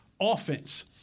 offense